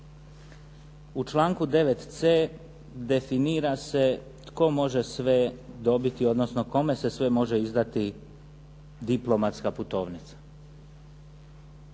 u članku 9.c definira se tko može sve dobiti, odnosno kome se sve može izdati diplomatska putovnica.